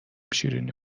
شیرینی